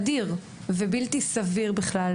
אדיר, ובלתי סביר בכלל.